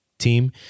team